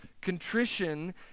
Contrition